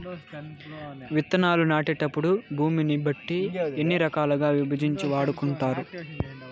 విత్తనాలు నాటేటప్పుడు భూమిని బట్టి ఎన్ని రకాలుగా విభజించి వాడుకుంటారు?